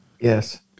Yes